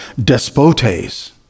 despotes